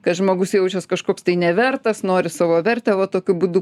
kai žmogus jaučias kažkoks tai nevertas nori savo vertę va tokiu būdu